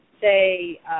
say